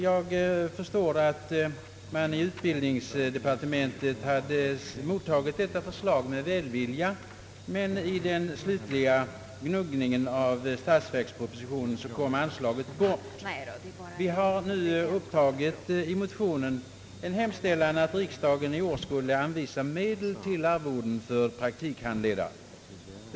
Jag har förstått att man i utbildningsdepartementet mottagit detta förslag med välvilja, men i den slutliga gnuggningen av Sstatsverkspropositionen kom anslaget bort. Vi har nu i motionerna hemställt att riksdagen i år skulle anvisa medel till arvoden för praktikhandledare.